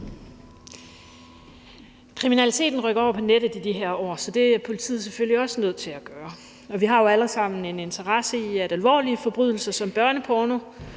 Kriminaliteten rykker over på nettet i de her år, så det er politiet selvfølgelig også nødt til at gøre. Og vi har jo alle sammen en interesse i, at alvorlige forbrydelser som børneporno,